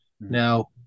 Now